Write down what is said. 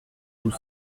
tout